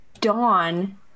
Dawn